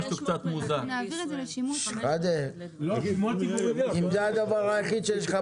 האם משרד החקלאות חבר